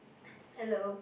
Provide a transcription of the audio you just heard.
hello